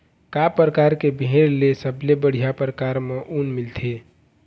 का परकार के भेड़ ले सबले बढ़िया परकार म ऊन मिलथे?